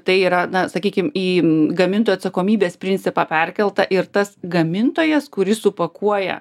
tai yra na sakykim į gamintojo atsakomybės principą perkelta ir tas gamintojas kuris supakuoja